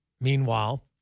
Meanwhile